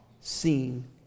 seen